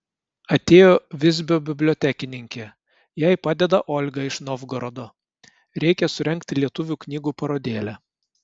atėjo visbio bibliotekininkė jai padeda olga iš novgorodo reikia surengti lietuvių knygų parodėlę